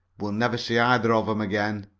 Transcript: we'll never see either of em again.